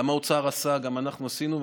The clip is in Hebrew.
גם האוצר עשה וגם אנחנו עשינו,